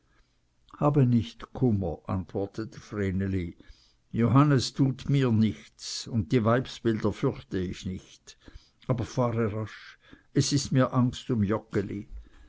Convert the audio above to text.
habe nicht kummer antwortete vreneli johannes tut mir nichts und die weibsbilder fürchte ich nicht aber fahre rasch es ist mir angst um